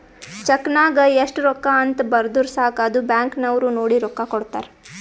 check ನಾಗ್ ಎಸ್ಟ್ ರೊಕ್ಕಾ ಅಂತ್ ಬರ್ದುರ್ ಸಾಕ ಅದು ಬ್ಯಾಂಕ್ ನವ್ರು ನೋಡಿ ರೊಕ್ಕಾ ಕೊಡ್ತಾರ್